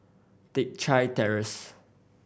Teck Chye Terrace